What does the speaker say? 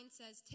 says